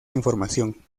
información